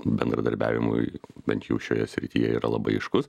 bendradarbiavimui bent jau šioje srityje yra labai aiškus